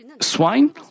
Swine